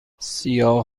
سیاه